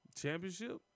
Championship